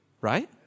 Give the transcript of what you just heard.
Right